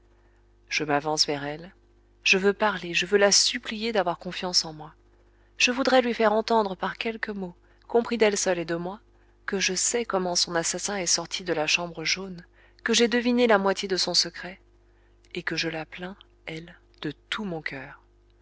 je m'avance vers elle je veux parler je veux la supplier d'avoir confiance en moi je voudrais lui faire entendre par quelques mots compris d'elle seule et de moi que je sais comment son assassin est sorti de la chambre jaune que j'ai deviné la moitié de son secret et que je la plains elle de tout mon cœur